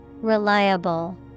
Reliable